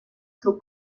seu